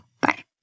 Bye